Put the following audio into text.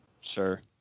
Sure